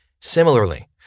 Similarly